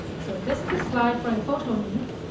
so this is the slide for your photo needs.